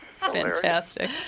fantastic